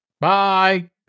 Bye